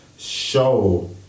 Show